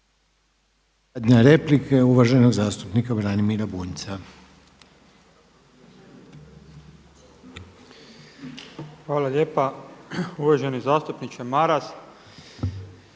Hvala lijepa. Uvaženi zastupniče Maras.